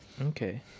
Okay